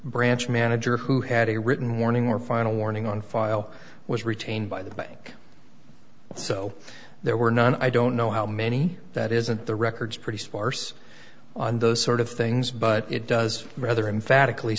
branch manager who had a written warning or final warning on file was retained by the bank so there were none i don't know how many that isn't the records pretty sparse on those sort of things but it does rather emphatically